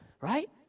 right